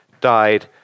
died